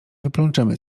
wyplączemy